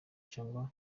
cyangwa